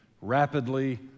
rapidly